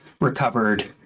recovered